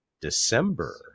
December